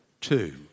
two